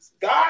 God